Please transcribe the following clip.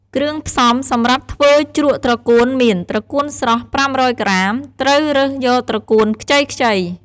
គ្រឿងផ្សំំសម្រាប់ធ្វើជ្រក់ត្រកួនមាន ត្រកួនស្រស់ ៥០០ ក្រាម ត្រូវរើសយកត្រកួនខ្ចីៗ។